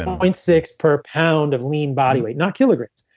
and point six per pound of lean body weight, not kilograms,